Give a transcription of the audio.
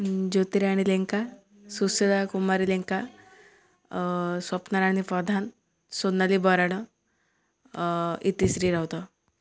Jyotirani Lenka Sushita Kumari Lenka Swapnarani Pradhan Sonali Barad Itishree Raut